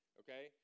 okay